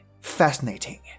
Fascinating